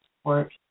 support